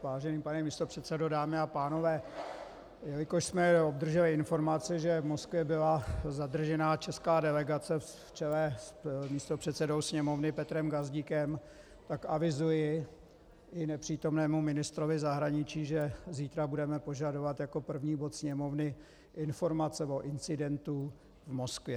Vážený pane místopředsedo, dámy a pánové, jelikož jsme obdrželi informaci, že v Moskvě byla zadržena česká delegace v čele s místopředsedou Sněmovny Petrem Gazdíkem, tak avizuji i nepřítomnému ministrovi zahraničí, že zítra budeme požadovat jako první bod Sněmovny informaci o incidentu v Moskvě.